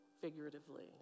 figuratively